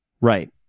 Right